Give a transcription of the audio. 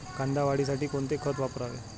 कांदा वाढीसाठी कोणते खत वापरावे?